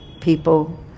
people